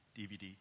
DVD